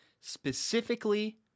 specifically